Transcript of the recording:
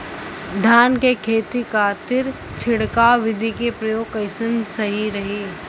धान के खेती के खातीर छिड़काव विधी के प्रयोग कइसन रही?